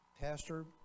Pastor